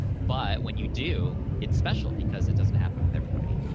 but when you do, it's special, because it doesn't happen with everybody.